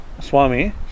Swami